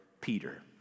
Peter